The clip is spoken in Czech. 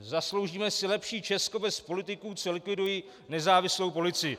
Zasloužíme si lepší Česko bez politiků, co likvidují nezávislou policii.